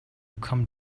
come